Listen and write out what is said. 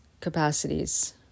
capacities